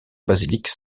basilique